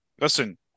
Listen